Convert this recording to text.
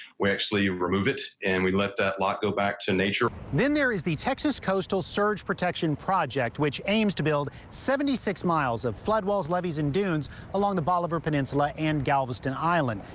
actually remove it and we let that walk go back to nature then there is the texas coastal surge protection project which aims to build seventy six miles of flood walls levees in dunes along the bolivar peninsula and galveston island.